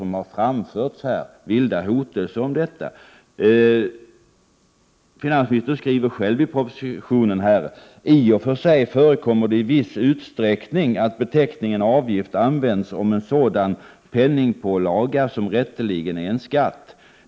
Här har ju framförts vilda hotelser om det. Finansministern skriver själv i propositionen: ”I och för sig förekommer det i viss utsträckning att beteckningen avgift används om en sådan penningpålaga som rätteligen är en skatt.